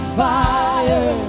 fire